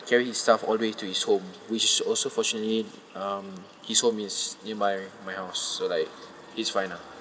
carry his stuff all the way to his home which also fortunately um his home is nearby my house so like it's fine ah